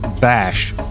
bash